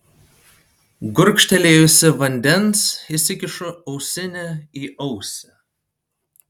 gurkštelėjusi vandens įsikišu ausinę į ausį